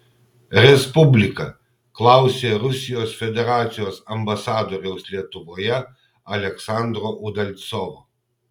respublika klausė rusijos federacijos ambasadoriaus lietuvoje aleksandro udalcovo